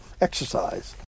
exercise